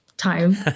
time